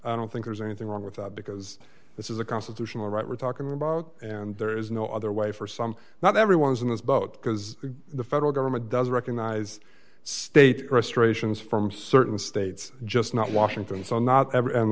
i don't think there's anything wrong with that because this is a constitutional right we're talking about and there is no other way for some not everyone is in this boat because the federal government does recognize state restorations from certain states just not washington so not